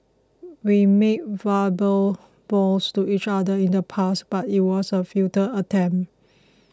we made verbal vows to each other in the past but it was a futile attempt